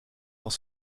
dans